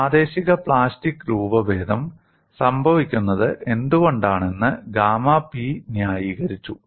പ്രാദേശിക പ്ലാസ്റ്റിക് രൂപഭേദം സംഭവിക്കുന്നത് എന്തുകൊണ്ടാണെന്ന് ഗാമ p ന്യായീകരിച്ചു